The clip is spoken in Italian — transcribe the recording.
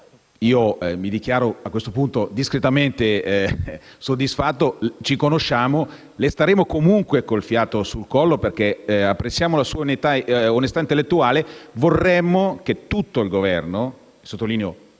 Mi dichiaro a questo punto discretamente soddisfatto. Ci conosciamo, ma le staremo comunque con il fiato sul collo, perché apprezziamo la sua onestà intellettuale. Vorremmo, però, che tutto il Governo - ripeto,